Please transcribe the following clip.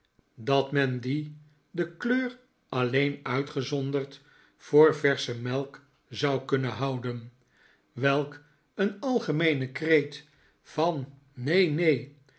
dat men die de kleur alleen uitgezonderd voor versche melk zou kunnen houden welk een algemeene kreet van neen neen